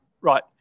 Right